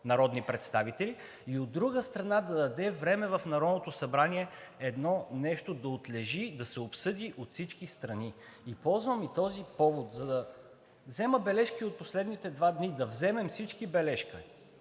народни представители, и от друга страна, да даде време в Народното събрание едно нещо да отлежи, да се обсъди от всички страни. Ползвам този повод, за да взема бележки от последните два дни, да вземем всички бележки